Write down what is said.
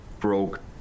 broke